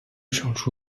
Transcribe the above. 上述